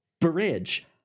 bridge